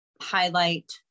highlight